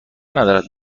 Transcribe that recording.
ندارد